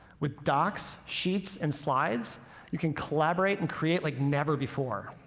with docs, sheets, and slides you can collaborate and create like never before.